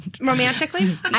Romantically